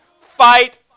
fight